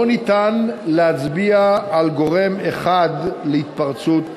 ניתן להצביע על גורם אחד להתפרצות מחלה.